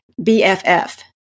BFF